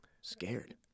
scared